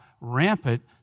rampant